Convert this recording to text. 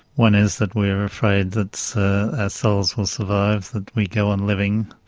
one is that we're afraid that so souls will survive, that we go on living,